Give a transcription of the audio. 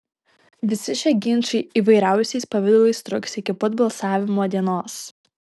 visi šie ginčai įvairiausiais pavidalais truks iki pat balsavimo dienos